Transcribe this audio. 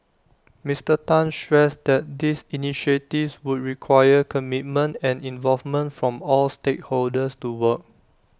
Mister Tan stressed that these initiatives would require commitment and involvement from all stakeholders to work